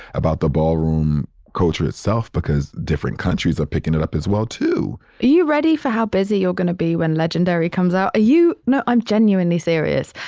about the ballroom culture itself because different countries are picking it up as well too are you ready for how busy you're going to be when legendary comes out? you, no, i'm genuinely serious.